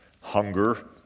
hunger